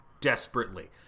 desperately